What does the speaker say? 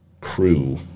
crew